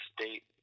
state